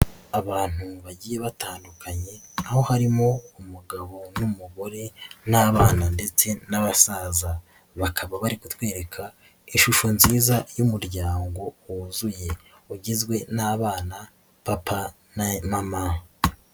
Abantu bagiye batandukanye, aho harimo umugabo n'umugore n'abana ndetse n'abasaza, bakaba bari kutwereka ishusho nziza y'umuryango wuzuye ugizwe n'abana, papa na mama.